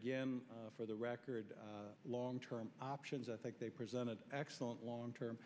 again for the record long term options i think they presented an excellent long term